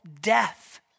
death